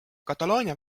kataloonia